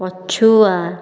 ପଛୁଆ